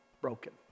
broken